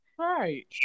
Right